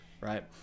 right